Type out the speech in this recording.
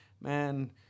man